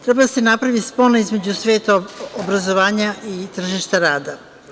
Treba da se napravi spona između sveta obrazovanja i tržišta rada.